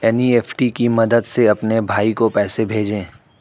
NEFT की मदद से अपने भाई को पैसे भेजें